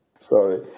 Sorry